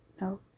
no